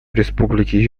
республики